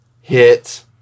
hit